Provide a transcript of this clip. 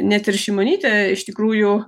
net ir šimonytė iš tikrųjų